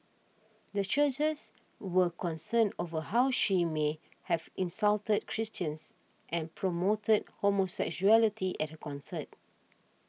the churches were concerned over how she may have insulted Christians and promoted homosexuality at her concert